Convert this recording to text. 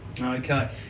Okay